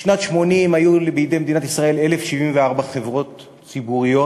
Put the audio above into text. בשנת 1980 היו בידי מדינת ישראל 1,074 חברות ציבוריות.